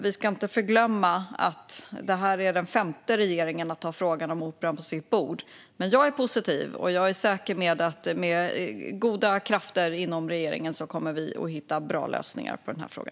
Vi ska inte glömma att det nu är den femte regeringen som får frågan om Operan på sitt bord, men jag är positiv. Jag är säker på att vi med goda krafter inom regeringen kommer att hitta bra lösningar på denna fråga.